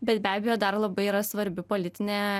bet be abejo dar labai yra svarbi politinė